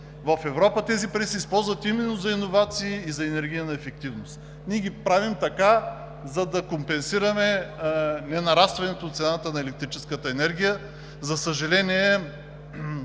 В Европа тези пари се използват именно за иновации и за енергийна ефективност, а ние ги правим така, за да компенсираме ненарастването на цената на електрическата енергия. За съжаление,